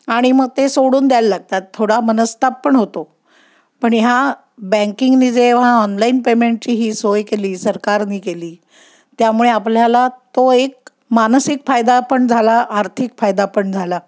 आणि मग ते सोडून द्यायला लागतात थोडा मनस्ताप पण होतो पण ह्या बँकिंगने जेव्हा ऑनलाईन पेमेंटची ही सोय केली सरकारने केली त्यामुळे आपल्याला तो एक मानसिक फायदा पण झाला आर्थिक फायदा पण झाला